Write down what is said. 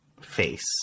face